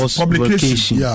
publication